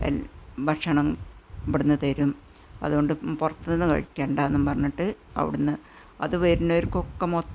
ഭക്ഷണം ഇവിടെ നിന്നു തരും അതുകൊണ്ട് പുറത്തു നിന്ന് കഴിക്കണ്ടയെന്നു പറഞ്ഞിട്ട് അവിടെ നിന്ന് അത് വരുന്നവർക്കൊക്കെ മൊത്തം